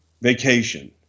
vacation